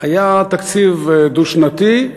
היה תקציב דו-שנתי,